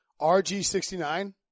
RG69